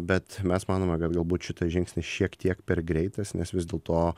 bet mes manome kad galbūt šitas žingsnis šiek tiek per greitas nes vis dėl to